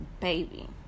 Baby